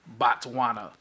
Botswana